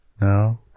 No